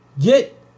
Get